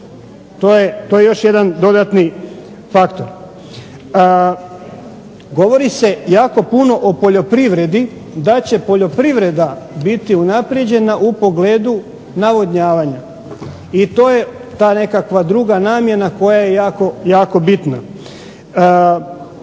To je još jedan dodatni faktor. Govori se jako puno o poljoprivredi da će poljoprivreda biti unaprijeđena u pogledu navodnjavanja i to je ta nekakva druga namjena koja je jako bitna.